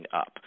up